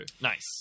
nice